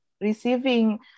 receiving